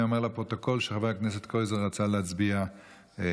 אני אומר לפרוטוקול שגם חבר הכנסת קרויזר רצה להצביע בעד.